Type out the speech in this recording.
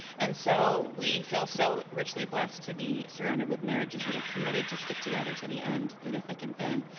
and so we feel so richly blessed to be surrounded with marriages that are committed to stick together to the end through the thick and thin.